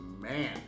man